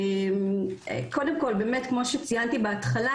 קודם כל באמת כמו שציינתי בהתחלה,